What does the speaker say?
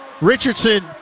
Richardson